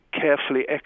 carefully